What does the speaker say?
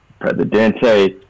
Presidente